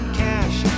cash